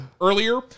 earlier